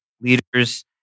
leaders